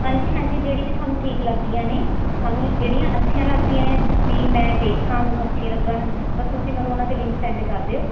ਹਾਂਜੀ ਹੀ ਹਾਂਜੀ ਜਿਹੜੀ ਵੀ ਤੁਹਾਨੂੰ ਠੀਕ ਲੱਗਦੀਆਂ ਨੇ ਤੁਹਾਨੂੰ ਜਿਹੜੀਆਂ ਅੱਛੀਆਂ ਲੱਗਦੀਆਂ ਹੈ ਵੀ ਮੈਂ ਦੇਖਾਂ ਮੈਨੂੰ ਅੱਛੀ ਲੱਗਣ ਬਸ ਤੁਸੀਂ ਮੈਨੂੰ ਉਹਨਾਂ ਦੇ ਲਿੰਕ ਸੈਂਡ ਕਰ ਦਿਓ